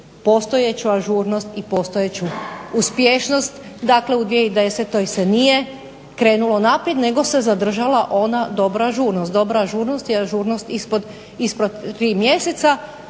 postojeću ažurnost i postojeću uspješnost." Dakle u 2010. se nije krenulo naprijed nego se zadržala ona dobra ažurnost. Dobra ažurnost je ažurnost ispod 3 mjeseca,